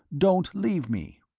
don't leave me